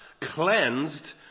cleansed